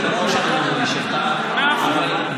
חבר הכנסת אקוניס,